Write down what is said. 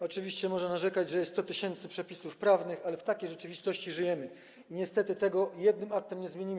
Oczywiście można narzekać, że jest 100 tys. przepisów prawnych, ale w takiej rzeczywistości żyjemy i niestety tego jednym aktem nie zmienimy.